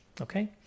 Okay